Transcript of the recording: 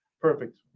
Perfect